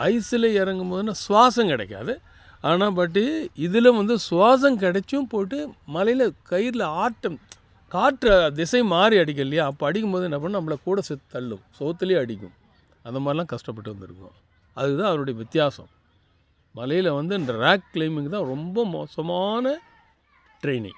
ஐஸில் இறங்கும் போது சுவாசம் கிடைக்காது ஆனால் பட்டு இதில் வந்து சுவாசம் கிடச்சும் போட்டு மலையில் கயிறில் ஆட்டும் காற்று திசை மாறி அடிக்கும் இல்லையா அப்போ அடிக்கும் போது என்ன பண்ணும் நம்மளை கூட சேர்த்து தள்ளும் சுவுத்துலயே அடிக்கும் அந்த மாதிரிலாம் கஷ்டப்பட்டு வந்துருக்கோம் அது தான் அதனுடய வித்தியாசம் மலையில் வந்து இந்த ராக் க்ளைமிங்கு தான் ரொம்ப மோசமான ட்ரைனிங்